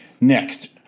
Next